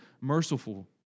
merciful